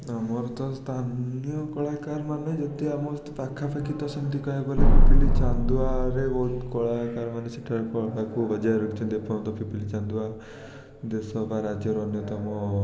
ଆମର ତ ସ୍ତାନୀୟ କଳାକାରମାନେ ଯେତେ ଆମ ପାଖାପାଖି ତ ସେମତି କହିବାକୁ ଗଲେ ପିପିଲି ଚାନ୍ଦୁଆରେ ବହୁତ କଳାକାରମାନେ ସେଠାରେ ତାକୁ ବଜାୟ ରଖିଛନ୍ତି ଏପର୍ଯ୍ୟନ୍ତ ପିପିଲି ଚାନ୍ଦୁଆ ଦେଶ ବା ରାଜ୍ୟର ଅନ୍ୟତମ